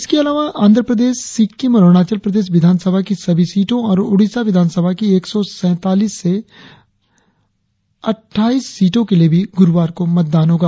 इसके अलावा आंध्रप्रदेश सिक्किम और अरुणाचल प्रदेश विधानसभा की सभी सीटों और ओड़िसा विधानसभा की एक सौ सैतालीस से अट्ठाईस सीटों के लिए भी गुरुवार को मतदान होगा